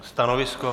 Stanovisko?